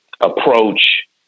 approach